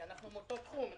כי אנחנו מאותו תחום,